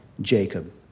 Jacob